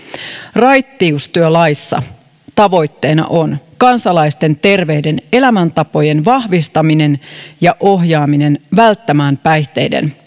raittiustyölaissa tavoitteena on kansalaisten terveiden elämäntapojen vahvistaminen ja ohjaaminen välttämään päihteiden